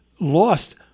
lost